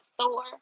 store